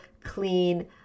clean